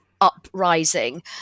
uprising